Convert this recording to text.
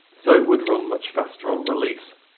so it would run much faster on release!